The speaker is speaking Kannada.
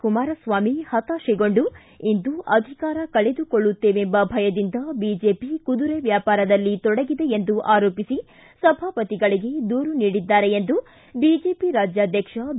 ಕುಮಾರಸ್ವಾಮಿ ಹತಾಶೆಗೊಂಡು ಇಂದು ಅಧಿಕಾರ ಕಳೆದುಕೊಳ್ಳುತ್ತೇವೆಂಬ ಭಯದಿಂದ ಬಿಜೆಪಿ ಕುದುರೆ ವ್ಯಾಪಾರದಲ್ಲಿ ತೊಡಗಿದೆ ಎಂದು ಆರೋಪಿಸಿ ಸಭಾಪತಿಗಳಗೆ ದೂರು ನೀಡಿದ್ದಾರೆ ಎಂದು ಬಿಜೆಪಿ ರಾಜ್ಯಾಧ್ವಕ್ಷ ಬಿ